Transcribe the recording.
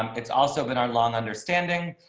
um it's also been our long understanding